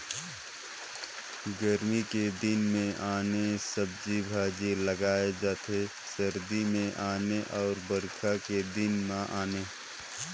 गरमी के दिन मे आने सब्जी भाजी लगाए जाथे सरदी मे आने अउ बइरखा के दिन में आने